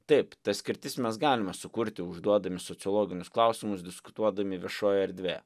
taip tas skirtis mes galime sukurti užduodami sociologinius klausimus diskutuodami viešojoje erdvėje